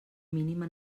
mínima